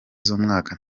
z’umwaka